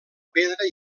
pedra